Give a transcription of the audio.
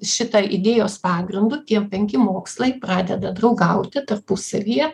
šita idėjos pagrindu tie penki mokslai pradeda draugauti tarpusavyje